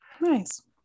Nice